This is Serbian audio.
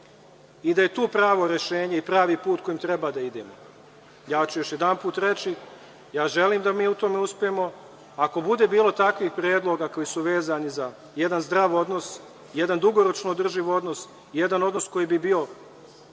i da je tu pravo rešenje i pravi put kojim treba da idemo. Ja ću još jedanput reći, ja želim da mi u tome uspemo. Ako bude bilo takvih predloga koji su vezani za jedan zdrav odnos, jedan dugoročno održiv odnos, jedan odnos koji bi bio